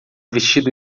vestido